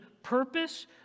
purpose